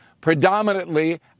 predominantly